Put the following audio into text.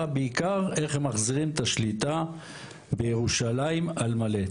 בעיקר איך הם מחזירים את השליטה בירושלים על מלא.